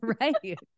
right